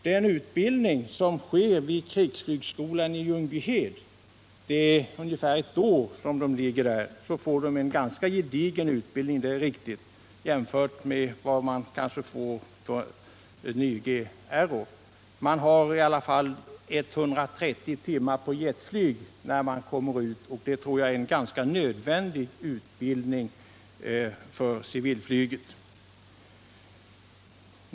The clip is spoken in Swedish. Vid krigsflygskolan i Ljungbyhed får de blivande flygförarna — det är ungefär ett år de ligger där — en ganska gedigen utbildning, det är riktigt, jämfört med vad man kanske får vid Nyge-Aero. Man har i alla fall 130 timmar på jetflyg när man kommer ut, och det tror jag är en nödvändig utbildning för civilflyget.